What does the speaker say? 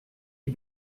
die